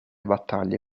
battaglie